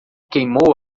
queimou